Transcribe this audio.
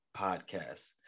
podcast